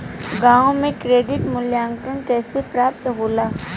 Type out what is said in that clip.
गांवों में क्रेडिट मूल्यांकन कैसे प्राप्त होला?